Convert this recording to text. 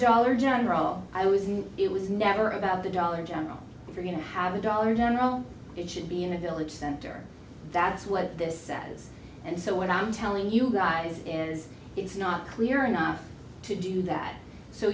dollar general i was and it was never about the dollar general if you're going to have a dollar general it should be in a village center that's what this is and so what i'm telling you guys in is it's not clear enough to do that so